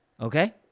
okay